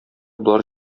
болар